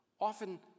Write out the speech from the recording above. often